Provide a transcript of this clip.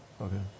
Okay